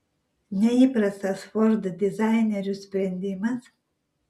neįprastas ford dizainerių sprendimas